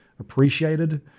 appreciated